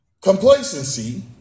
complacency